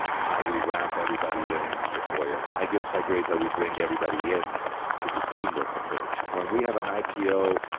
how we wrap everybody in sequoia. iaeurd give us high grades that we bring everybody in in this teamwork approach. when we have an ipo,